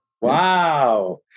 Wow